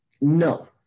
No